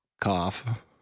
Cough